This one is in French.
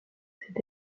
cette